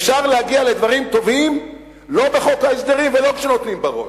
אפשר להגיע לדברים טובים לא בחוק ההסדרים ולא כשנותנים בראש.